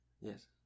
Yes